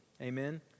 Amen